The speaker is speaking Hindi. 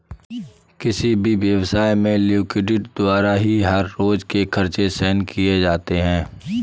किसी भी व्यवसाय में लिक्विडिटी द्वारा ही हर रोज के खर्च सहन किए जाते हैं